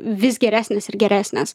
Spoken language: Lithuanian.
vis geresnės ir geresnės